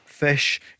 Fish